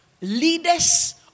Leaders